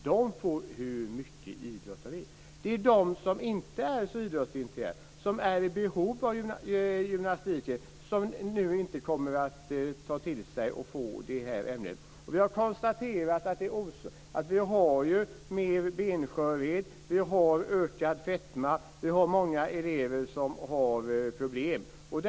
De får hur mycket idrott de vill. Det är de som inte är så idrottsintresserade, som är i behov av gymnastiken, som nu inte kommer att få det här ämnet. Jag konstaterar att benskörhet liksom fetma har ökat, och det är många elever som har problem med det.